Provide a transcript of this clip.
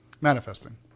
manifesting